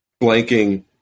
blanking